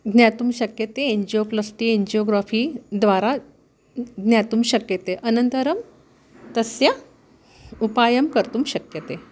ज्ञातुं शक्यते angioplasty angiography द्वारा ज्ञातुं शक्यते अनन्तरं तस्य उपायं कर्तुं शक्यते